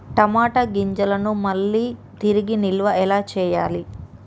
టమాట గింజలను మళ్ళీ తిరిగి నిల్వ ఎలా చేయాలి?